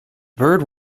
bird